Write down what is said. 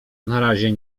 narazie